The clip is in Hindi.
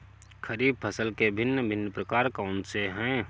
खरीब फसल के भिन भिन प्रकार कौन से हैं?